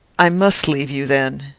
i must leave you, then.